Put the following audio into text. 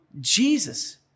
Jesus